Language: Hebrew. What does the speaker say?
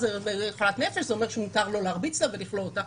זה שהיא חולת נפש זה אומר שמותר לו להרביץ לה ולכלוא אותה?